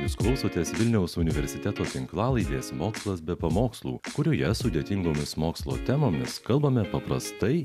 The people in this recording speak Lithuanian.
jūs klausotės vilniaus universiteto tinklalaidės mokslas be pamokslų kurioje sudėtingomis mokslo temomis kalbame paprastai